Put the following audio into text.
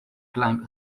climb